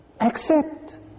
accept